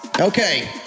Okay